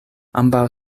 ambaŭ